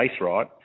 right